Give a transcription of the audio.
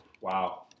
Wow